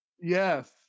Yes